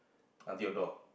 until door